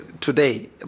today